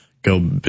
go